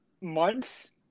months